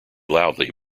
loudly